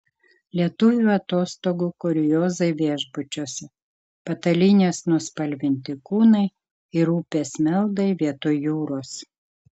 lietuvių atostogų kuriozai viešbučiuose patalynės nuspalvinti kūnai ir upės meldai vietoj jūros